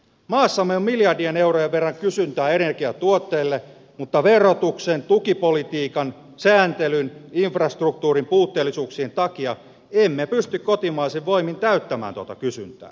maassamme on miljardien eurojen verran kysyntää energiatuotteille mutta verotuksen tukipolitiikan sääntelyn ja infrastruktuurin puutteellisuuksien takia emme pysty kotimaisin voimin täyttämään tuota kysyntää